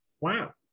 Wow